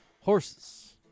Horses